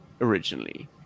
originally